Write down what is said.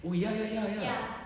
oh ya ya ya ya